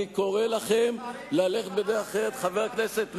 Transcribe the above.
אני קורא לכם ללכת בדרך אחרת, חבר הכנסת מולה,